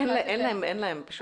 אין להם פשוט.